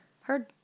Heard